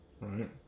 right